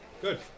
Good